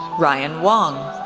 ryan wong,